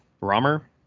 Romer